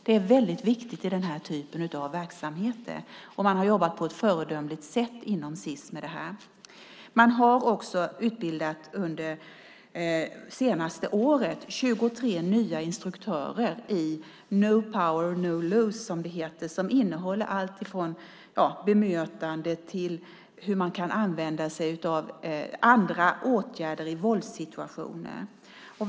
Det är väldigt viktigt i den här typen av verksamheter. Man har inom Sis jobbat på ett föredömligt sätt med detta. Man har under det senaste året utbildat 23 nya instruktörer i No power, no lose, som det heter. Det innehåller allt från bemötandet till hur man kan använda sig av andra åtgärder i våldssituationer.